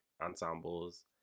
ensembles